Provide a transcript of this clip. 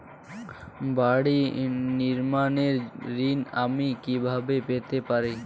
বাড়ি নির্মাণের ঋণ আমি কিভাবে পেতে পারি?